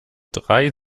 drei